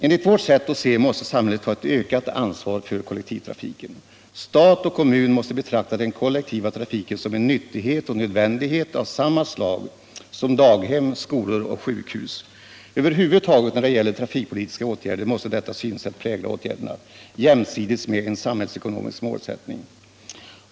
Enligt vårt sätt att se måste samhället ta ett ökat ansvar för kollektivtrafiken. Stat och kommun måste betrakta den kollektiva trafiken som en nyttighet och nödvändighet av samma slag som daghem, skolor och sjukhus. Över huvud taget måste detta synsätt prägla de trafikpolitiska åtgärderna, jämsides med en samhällsekonomisk målsättning.